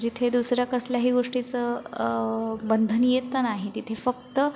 जिथे दुसऱ्या कसल्याही गोष्टीचं बंधन येत नाही तिथे फक्त